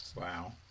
Wow